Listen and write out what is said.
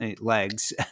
legs